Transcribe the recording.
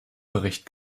bericht